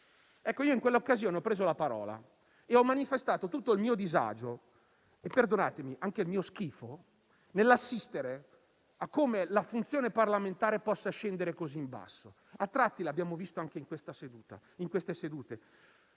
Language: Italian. altri - in quella occasione ho preso la parola e ho manifestato tutto il mio disagio e, perdonatemi, anche il mio schifo, nell'assistere a come la funzione parlamentare possa scendere in basso. A tratti l'abbiamo visto anche nelle sedute